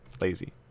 Lazy